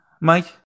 Mike